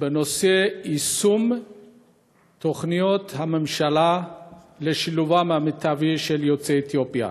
בנושא יישום תוכניות הממשלה לשילוב המיטבי של יוצאי אתיופיה,